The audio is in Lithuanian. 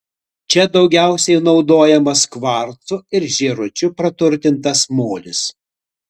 čia daugiausiai naudojamas kvarcu ir žėručiu praturtintas molis